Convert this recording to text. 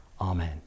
Amen